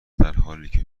درحالیکه